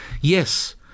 Yes